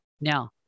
Now